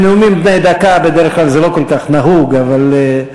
בנאומים בני דקה בדרך כלל זה לא כל כך נהוג, אבל,